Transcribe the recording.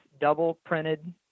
double-printed